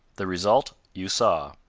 the result you saw.